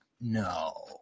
no